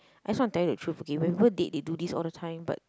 I just want to tell you the truth okay when people date they do this all the time but